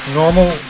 normal